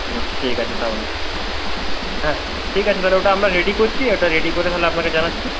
হুম ঠিক আছে তাহলে হ্যাঁ ঠিক আছে তাহলে ওটা আমরা রেডি করছি ওটা রেডি করে তাহলে আপনাকে জানাচ্ছি